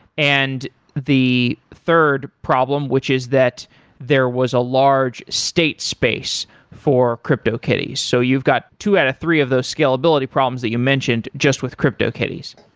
and the third problem, which is that there was a large state space for cryptokitties. so you've got two out of three out of those scalability problems that you mentioned just with cryptokitties.